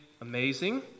amazing